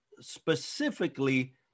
specifically